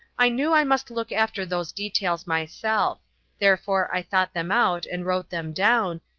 i knew i must look after those details myself therefore i thought them out and wrote them down,